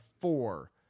four